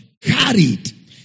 carried